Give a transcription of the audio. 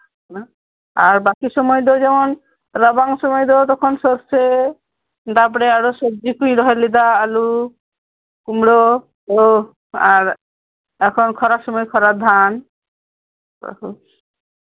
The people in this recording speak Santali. ᱟᱨ ᱵᱟᱠᱤ ᱥᱚᱢᱚᱭ ᱫᱚ ᱡᱮᱢᱚᱱ ᱨᱟᱵᱟᱝ ᱥᱚᱢᱚᱭ ᱫᱚ ᱛᱚᱠᱷᱚᱱ ᱥᱚᱨᱥᱮ ᱛᱟᱨᱯᱚᱨ ᱟᱨᱚ ᱥᱚᱵᱡᱤ ᱠᱚᱧ ᱨᱚᱦᱚᱭ ᱞᱮᱫᱟ ᱟᱞᱩ ᱠᱩᱢᱲᱳ ᱠᱚ ᱟᱨ ᱮᱠᱷᱚᱱ ᱠᱷᱚᱨᱟ ᱥᱚᱢᱚᱭ ᱠᱷᱚᱨᱟ ᱫᱷᱟᱱ ᱚᱱᱟ ᱠᱚ